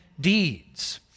deeds